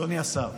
אדוני השר,